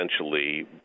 essentially